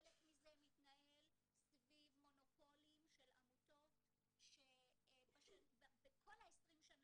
חלק מזה מתנהל סביב מונופולים של עמותות שבכל ה-20 השנים